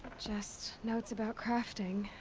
just. notes about crafting.